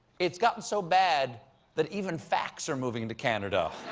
it's gotten so bad that even facts are moving to canada.